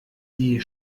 die